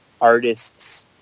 artists